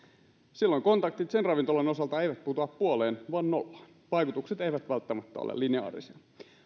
silloin kontaktit sen ravintolan osalta eivät putoa puoleen vaan nollaan vaikutukset eivät välttämättä ole lineaarisia